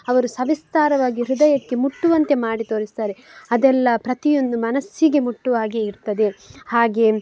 ಅವರು ಸವಿಸ್ತಾರವಾಗಿ ಹೃದಯಕ್ಕೆ ಮುಟ್ಟುವಂತೆ ಮಾಡಿ ತೋರಿಸ್ತಾರೆ ಅದೆಲ್ಲ ಪ್ರತಿಯೊಂದು ಮನಸ್ಸಿಗೆ ಮುಟ್ಟುವಾಗೆ ಇರ್ತದೆ ಹಾಗೆ